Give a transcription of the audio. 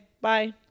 bye